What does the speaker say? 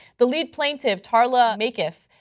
the lead plaintiff, tarla makaeff,